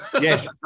Yes